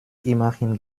immerhin